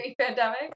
pandemic